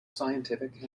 scientific